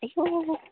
आयौ